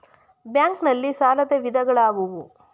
Bank ನಲ್ಲಿ ಸಾಲದ ವಿಧಗಳಾವುವು?